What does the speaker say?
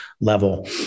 level